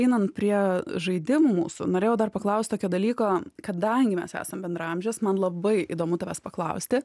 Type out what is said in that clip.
einant prie žaidimų mūsų norėjau dar paklaust tokio dalyko kadangi mes esam bendraamžės man labai įdomu tavęs paklausti